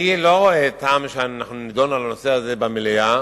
אני לא רואה טעם שנדון בזה במליאה.